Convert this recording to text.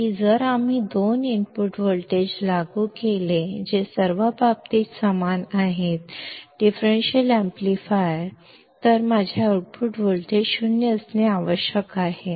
ನಾವು ಎರಡು ಇನ್ಪುಟ್ ವೋಲ್ಟೇಜ್ಗಳನ್ನು ಅನ್ವಯಿಸಿದರೆ ಅದು ಡಿಫರೆನ್ಷಿಯಲ್ ಆಂಪ್ಲಿಫೈಯರ್ಗೆ ಎಲ್ಲ ರೀತಿಯಲ್ಲೂ ಸಮಾನವಾಗಿರುತ್ತದೆ ಆಗ ನನ್ನ ಔಟ್ಪುಟ್ ವೋಲ್ಟೇಜ್ 0 ಆಗಿರುತ್ತದೆ